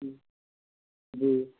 جی جی